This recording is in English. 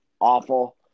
awful